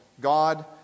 God